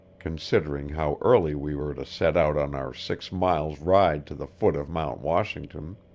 considering how early we were to set out on our six miles' ride to the foot of mount washington.